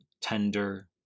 tender